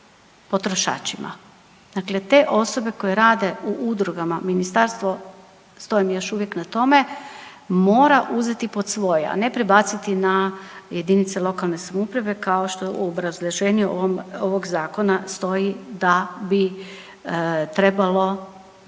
potrošačima. Dakle, te osobe koje rade u udrugama, ministarstvo stojim još uvijek na tome, mora uzeti pod svoje, a ne prebaciti ja jedinice lokalne samouprave kao što je u obrazloženju ovog zakona stoji da bi trebalo